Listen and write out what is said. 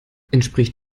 entspricht